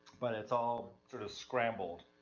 but it's all sort of scrambled,